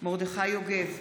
מרדכי יוגב,